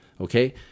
Okay